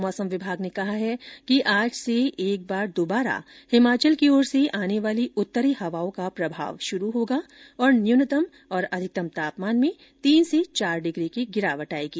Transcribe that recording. मौसम विभाग ने कहा है कि आज से एक बार दुबारा हिमाचल की ओर से आने वाली उत्तरी हवाओं का प्रभाव शुरू होगा और न्यूनतम और अधिकतम तापमान में तीन से चार डिग्री की गिरावट आएगी